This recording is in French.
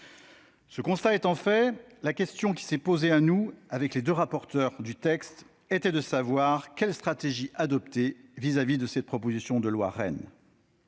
Ce constat étant fait, la question qui s'est posée aux deux rapporteurs du texte et à moi-même, était de savoir quelle stratégie adopter vis-à-vis de cette proposition de loi REEN.